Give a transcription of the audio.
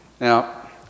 Now